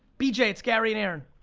bj it's gary and aaron.